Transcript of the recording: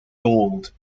gold